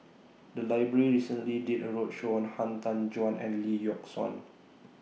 The Library recently did A roadshow on Han Tan Juan and Lee Yock Suan